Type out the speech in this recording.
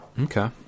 Okay